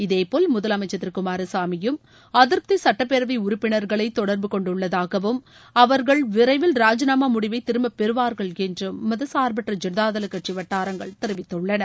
இதேபோல் முதலமைச்சர் திரு குமாரசாமியும் அதிருப்தி சட்டப்பேரவை உறுப்பினர்களை தொடர்பு கொண்டுள்ளதாகவும் அவர்கள் விரைவில் ராஜினாமா முடிவை திரும்ப பெறுவார்கள் என்றம் மதச்சார்பற்ற ஜனதாதள் கட்சி வட்டாரங்கள் தெரிவித்துள்ளன